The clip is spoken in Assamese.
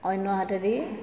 অন্য হাতেদি